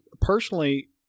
personally